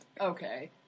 Okay